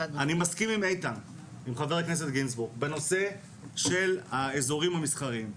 אני מסכים עם חבר הכנסת גינזבורג בנושא של האיזורים המסחריים.